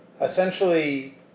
essentially